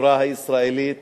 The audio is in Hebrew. בחברה הישראלית